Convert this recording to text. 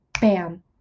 bam